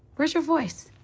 where's your voice?